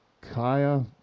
Kaya